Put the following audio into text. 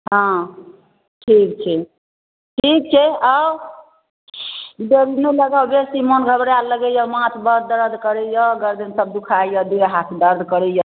हँ ठीक छै ठीक छै आउ जल्दी आउ बेसी मोन घबरायल लगैए माथ बड़ दर्द करैए गरदनिसभ दुखाइए देह हाथ दर्द करैए